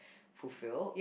fulfilled